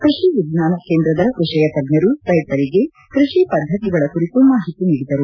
ಕೃಷಿ ವಿಜ್ಞಾನ ಕೇಂದ್ರದ ವಿಷಯ ತಜ್ಞರು ರೈತರಿಗೆ ಕೃಷಿ ಪದ್ದತಿಗಳ ಕುರಿತು ಮಾಹಿತಿ ನೀಡಿದರು